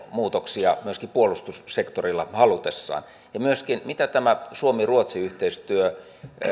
muutoksia myöskin puolustussektorilla ja myöskin mitä tämä suomi ruotsi yhteistyö